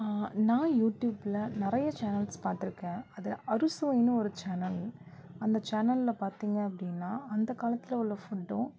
நான் யூடியூபில் நிறைய சேனல்ஸ் பார்த்துருக்கேன் அதில் அறுசுவைனு ஒரு சேனல் அந்த சேனலில் பார்த்திங்க அப்படினா அந்த காலத்தில் உள்ள ஃபுட்டும்